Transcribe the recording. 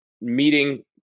meeting